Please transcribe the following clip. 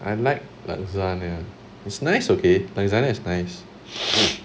I like lasagna it's nice okay lasagna is nice